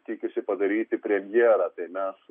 tikisi padaryti premjerą tai mes